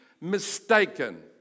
mistaken